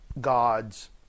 God's